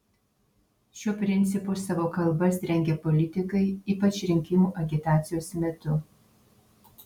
šiuo principu savo kalbas rengia politikai ypač rinkimų agitacijos metu